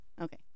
Okay